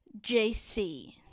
JC